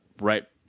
right